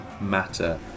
matter